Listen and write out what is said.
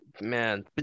man